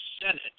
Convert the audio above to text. Senate